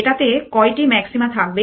এটাতে কয়টি ম্যাক্সিমা থাকবে